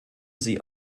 sie